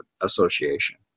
association